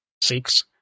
six